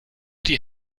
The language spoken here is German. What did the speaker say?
die